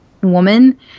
woman